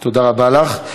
תודה רבה לך.